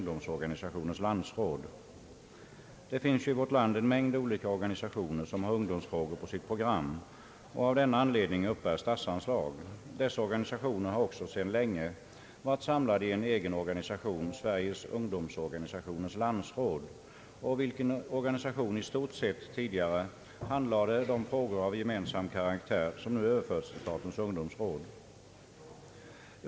Det finns ju i vårt land en mängd olika organisationer som har ungdomsfrågor på sitt program och av denna anledning uppbär statsanslag. Dessa organisationer är sedan lång tid tillbaka samlade i en egen organisation, Sveriges ungdomsorganisationers landsråd. Denna organisation handlade tidigare i stort sett de frågor av gemensam karaktär, som nu överförts till statens ungdomsråd.